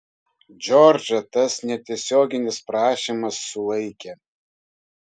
džordžą tas netiesioginis prašymas sulaikė